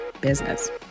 business